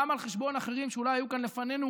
גם על חשבון אחרים שאולי היו כאן לפנינו,